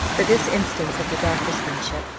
for this instance of the doctor's friendship.